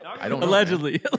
Allegedly